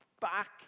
back